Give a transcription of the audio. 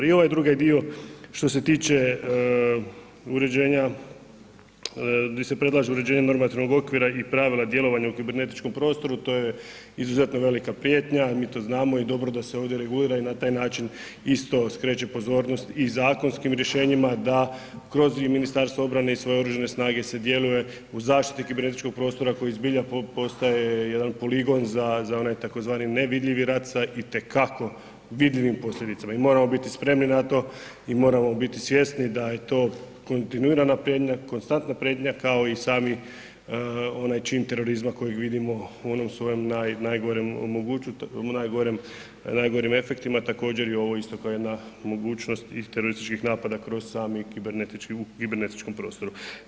I ovaj drugi dio što se tiče uređenja, di se predlaže uređenje normativnog okvira i pravila djelovanja u kibernetičkom prostoru, to je izuzetno velika prijetnja, mi to znamo i dobro da se ovdje regulira i na taj način isto skreće pozornost i zakonskim rješenjima da kroz i Ministarstvo obrane i sve oružane snage se djeluje u zaštiti kibernetičkog prostora koji zbilja postaje jedan poligon za onaj tzv. nevidljivi rad sa itekako vidljivim posljedicama i moramo biti spremni na to i moramo biti svjesni da je to kontinuirana prijetnja, konstantna prijetnja, kao i sami onaj čin terorizma kojeg vidimo u onom svojem najgorim efektima, također i ovo isto kao jedna mogućnost i terorističkih napada kroz sami kibernetički, u kibernetičkom prostoru.